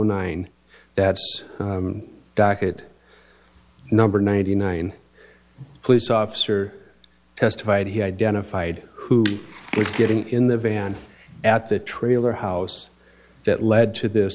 nine that docket number ninety nine police officer testified he identified who was getting in the van at the trailer house that led to this